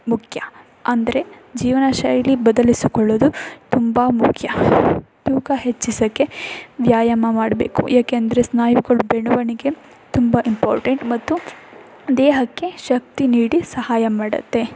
ಮುಖ್ಯ ಅಂದರೆ ಜೀವನಶೈಲಿ ಬದಲಿಸಿಕೊಳ್ಳೋದು ತುಂಬ ಮುಖ್ಯ ತೂಕ ಹೆಚ್ಚಿಸೋಕ್ಕೆ ವ್ಯಾಯಾಮ ಮಾಡಬೇಕು ಏಕೆಂದರೆ ಸ್ನಾಯುಗಳ ಬೆಳವಣಿಗೆ ತುಂಬ ಇಂಪಾರ್ಟೆಂಟ್ ಮತ್ತು ದೇಹಕ್ಕೆ ಶಕ್ತಿ ನೀಡಿ ಸಹಾಯ ಮಾಡುತ್ತೆ